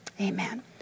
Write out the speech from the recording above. amen